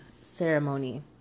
ceremony